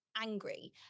angry